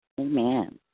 Amen